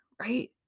right